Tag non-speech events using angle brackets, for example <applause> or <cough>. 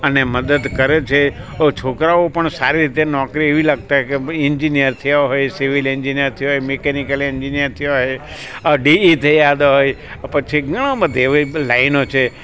અને મદદ કરે છે ઓ છોકરાઓ પણ સારી રીતે નોકરી એવી લાગતા કે એંજીનિયર થયા હોય સિવિલ એંજીનિયર થયા હોય મિકેનિકલ એંજીનિયર થયા હોય <unintelligible> પછી ઘણો બધો એવી લાઈનો છે